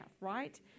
right